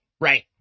right